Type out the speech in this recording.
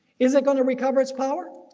is it going to recover its power?